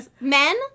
men